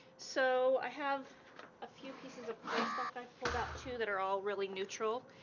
so i have a few pieces of cardstock i pulled out, too, that are all really neutral,